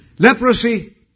Leprosy